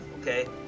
okay